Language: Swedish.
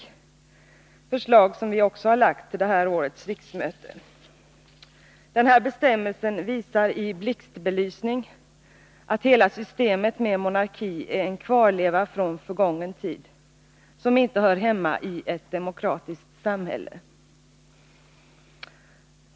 Detta är ett förslag som vi också väckt till årets riksmöte. Den här bestämmelsen visar i blixtbelysning att hela systemet med monarki är en kvarleva från en förgången tid som inte hör hemma i ett demokratiskt samhälle.